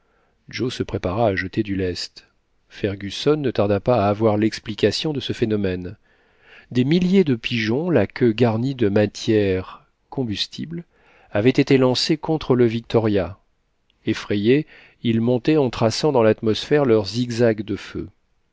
joe se prépara à jeter du lest fergusson ne tarda pas à avoir l'explication de ce phénomène des milliers de pigeons la queue garnie de matières combustibles avaient été lancés contre le victoria effrayés ils montaient en traçant dans l'atmosphère leurs zigzags de feu